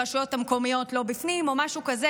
הרשויות המקומיות לא בפנים או משהו כזה,